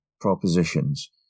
propositions